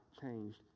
changed